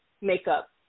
makeup